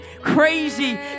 crazy